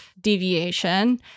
deviation